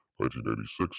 1986